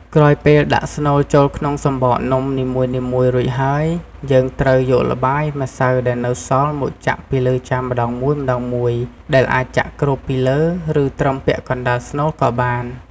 ក្រោយពេលដាក់ស្នូលចូលក្នុងសំបកនំនីមួយៗរួចហើយ យើងត្រូវយកល្បាយម្សៅដែលនៅសល់មកចាក់ពីលើចានម្ដងមួយៗ ដែលអាចចាក់គ្របពីលើ ឬត្រឹមពាក់កណ្ដាលស្នូលក៏បាន។